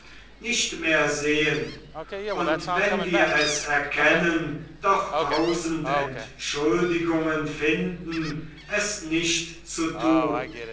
nicht mehr sehen und wenn wir es erkennen doch tausend entschuldigungen finden es nicht zu tun